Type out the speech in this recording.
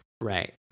Right